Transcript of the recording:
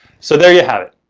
so there you have it.